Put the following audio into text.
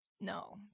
No